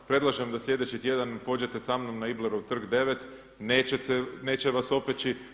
Predlažem da sljedeći tjedan pođete sa mnom na Iblerov trg 9. Neće vas opeći.